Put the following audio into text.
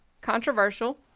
controversial